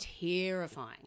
terrifying